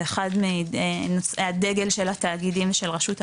זה אחד מנושאי הדגל של התאגידים של רשות המים,